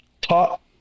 taught